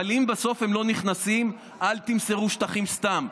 אבל אם בסוף הם לא נכנסים, אל תמסרו שטחים סתם.